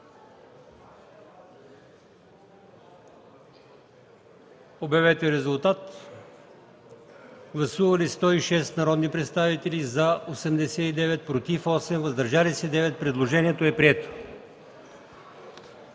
Моля, гласувайте. Гласували 106 народни представители: за 89, против 8, въздържали се 9. Предложението е прието.